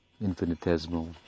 infinitesimal